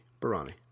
Barani